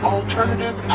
Alternative